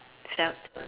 shout